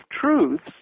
truths